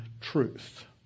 truth